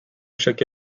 chaque